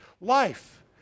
life